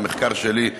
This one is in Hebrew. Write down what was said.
מהמחקר שלי,